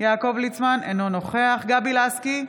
יעקב ליצמן, אינו נוכח גבי לסקי,